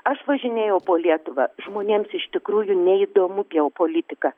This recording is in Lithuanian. aš važinėjau po lietuvą žmonėms iš tikrųjų neįdomu geopolitika